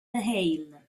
hale